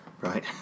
Right